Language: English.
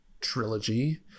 trilogy